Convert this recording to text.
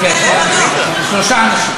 כן כן, שני אנשים, נכון, שלושה אנשים.